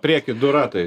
prieky du ratai